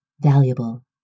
valuable